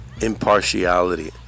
impartiality